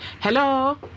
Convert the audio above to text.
Hello